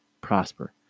prosper